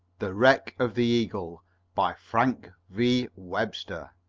the wreck of the eagle by frank v. webster